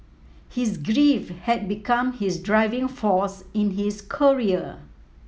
his grief had become his driving force in his career